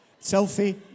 Selfie